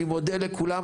אני מודה לכולם,